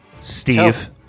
Steve